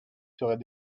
serait